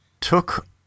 took